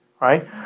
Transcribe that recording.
Right